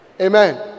Amen